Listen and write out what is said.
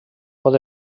pot